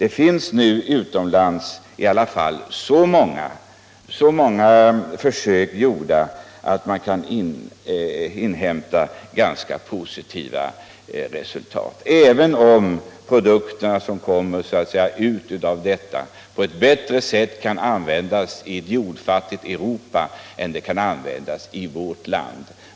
Utomlands finns det i alla fall nu så många försök gjorda att man där kan inhämta positiva resultat, även om de produkter som kommer ut av detta arbete kan användas på ett bättre sätt ute i jordfattigt Europa än i vårt land.